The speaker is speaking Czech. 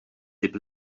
typ